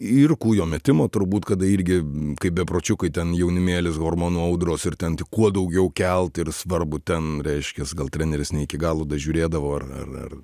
ir kūjo metimo turbūt kada irgi kaip bepročiukai ten jaunimėlis hormonų audros ir ten tik kuo daugiau kelt ir svarbu ten reiškias gal treneris ne iki galo dažiūrėdavo ar ar ar